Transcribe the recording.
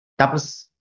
tapos